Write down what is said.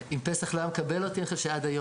אני חושב שאם פסח לא היה מקבל אותי,